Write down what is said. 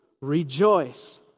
rejoice